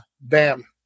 bam